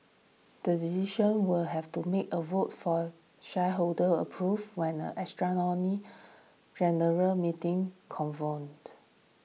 the decision will have to make a vote for shareholder approval when an extraordinary general meeting convened